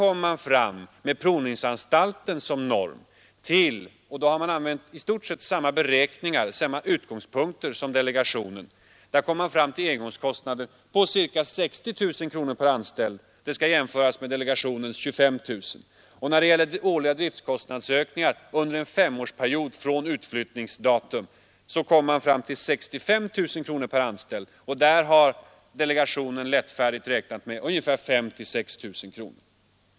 Med provningsanstalten som norm har man i denna kalkyl kommit fram Omlokalisering Br till — och då har man använt samma utgångspunkter för beräkningarna PS SN verksamhet som delegationen — engångskostnader på cirka 60 000 kronor per anställd. Den siffran skall jämföras med delegationens 25 000. När det gäller årliga driftkostnadsökningar under en femårsperiod från utflyttningsdatum kommer man fram till 65 000 kronor per anställd. Där har delegationen lättfärdigt räknat med 5 000—6 000 kronor.